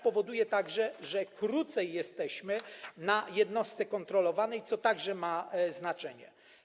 Powoduje to także, że krócej jesteśmy w jednostce kontrolowanej, co także ma znaczenie.